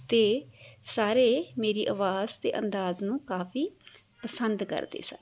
ਅਤੇ ਸਾਰੇ ਮੇਰੀ ਆਵਾਜ਼ ਅਤੇ ਅੰਦਾਜ਼ ਨੂੰ ਕਾਫ਼ੀ ਪਸੰਦ ਕਰਦੇ ਸਨ